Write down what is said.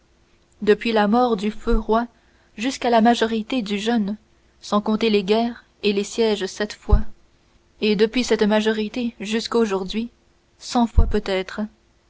depuis la mort du feu roi jusqu'à la majorité du jeune sans compter les guerres et les sièges sept fois et depuis cette majorité jusqu'aujourd'hui cent fois peut-être